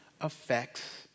affects